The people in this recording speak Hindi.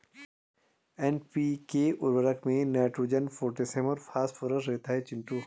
एन.पी.के उर्वरक में नाइट्रोजन पोटैशियम और फास्फोरस रहता है चिंटू